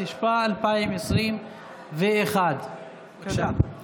התשפ"א 2021. (קוראת בשמות חברי הכנסת)